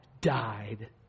died